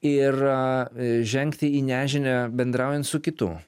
ir žengti į nežinią bendraujant su kitu